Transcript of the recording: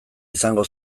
izango